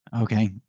okay